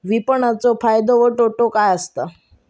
विपणाचो फायदो व तोटो काय आसत?